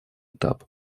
этап